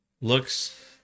looks